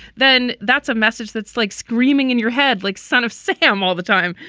then that's a message that's like screaming in your head, like son of sam all the time.